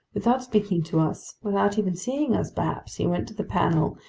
without speaking to us, without even seeing us perhaps, he went to the panel,